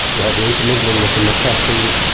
you have the intermingling with the macassans,